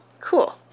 Cool